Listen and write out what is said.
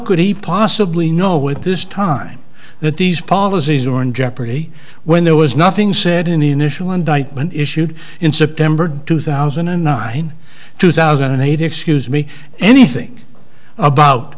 could he possibly know with this time that these policies are in jeopardy when there was nothing said in the initial indictment issued in september two thousand and nine two thousand and eight excuse me anything about